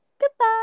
goodbye